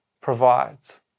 provides